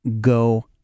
go